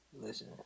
Listen